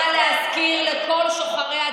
בסך הכול פרשנית.